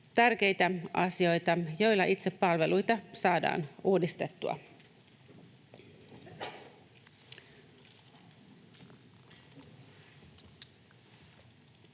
Tärkeitä asioita, joilla itse palveluita saadaan uudistettua.